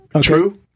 True